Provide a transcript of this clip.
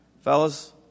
fellas